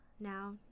now